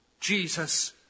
Jesus